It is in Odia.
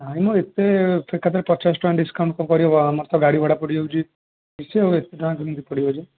ନାଇ ମ ଏତେ ଏକାଥରେ ପଚାଶ ଟଙ୍କା ଡିସକାଉଣ୍ଟ କରିହବ ଆମର ତ ଗାଡ଼ି ଭଡ଼ା ପଡ଼ିଯାଉଛି ଏତେ ଟଙ୍କା କେମିତି ପଡ଼ିବ ଯେ